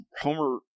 homer